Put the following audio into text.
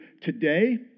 today